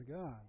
God